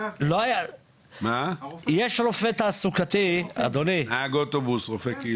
יש רופא תעסוקתי --- נהג אוטובוס, רופא קהילתי?